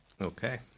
Okay